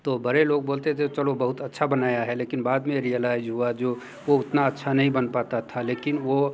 तो बड़े लोग बोलते थे चलो बहुत अच्छा बनाया है लेकिन बाद में रियलाइज हुआ जो वो उतना अच्छा नहीं बन पाता था लेकिन वो